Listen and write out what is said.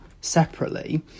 separately